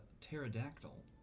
Pterodactyl